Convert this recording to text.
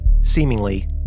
seemingly